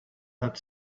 had